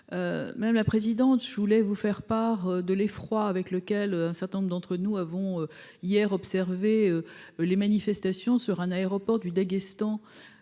notre règlement. Je voulais vous faire part de l’effroi avec lequel un certain nombre d’entre nous avons hier observé les manifestations sur un aéroport du Daguestan,